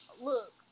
look